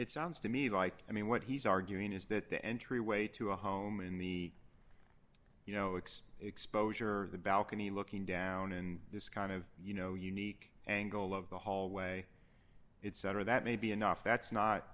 it sounds to me like i mean what he's arguing is that the entryway to a home in the you know x exposure the balcony looking down in this kind of you know unique angle of the hallway it set or that may be enough that's not